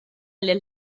lill